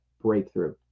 breakthrough